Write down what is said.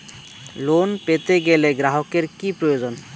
Loan পেতে গেলে গ্রাহকের কি প্রয়োজন?